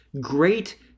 great